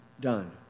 done